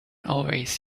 always